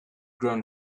grown